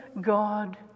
God